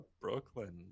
Brooklyn